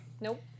Nope